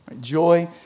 joy